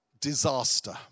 Disaster